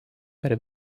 per